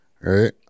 Right